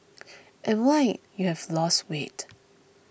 and why you have lost weight